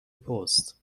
پست